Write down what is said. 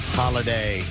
holiday